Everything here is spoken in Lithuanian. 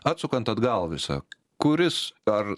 atsukant atgal visą kuris ar